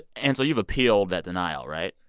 and so you've appealed that denial, right?